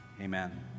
amen